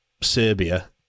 Serbia